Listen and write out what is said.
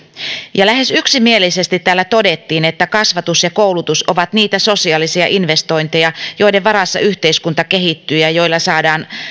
ja lähes yksimielisesti täällä todettiin että kasvatus ja koulutus ovat niitä sosiaalisia investointeja joiden varassa yhteiskunta kehittyy ja joilla saadaan